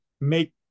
make